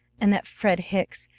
and that fred hicks!